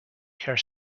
care